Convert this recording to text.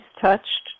touched